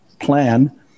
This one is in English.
plan